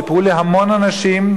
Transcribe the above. סיפרו לי המון אנשים,